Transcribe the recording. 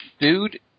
dude